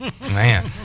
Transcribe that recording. man